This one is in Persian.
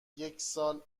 یکسال